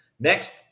Next